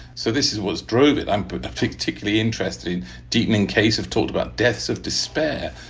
so this is what's drove it. i'm particularly interested in deepening case. i've talked about deaths of despair.